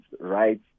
rights